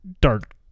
dark